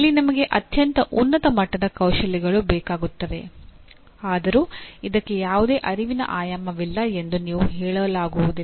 ಇಲ್ಲಿ ನಿಮಗೆ ಅತ್ಯಂತ ಉನ್ನತ ಮಟ್ಟದ ಕೌಶಲ್ಯಗಳು ಬೇಕಾಗುತ್ತವೆ ಆದರೂ ಇದಕ್ಕೆ ಯಾವುದೇ ಅರಿವಿನ ಆಯಾಮವಿಲ್ಲ ಎಂದು ನೀವು ಹೇಳಲಾಗುವುದಿಲ್ಲ